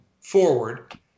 forward